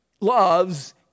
loves